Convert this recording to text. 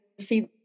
feed